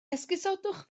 esgusodwch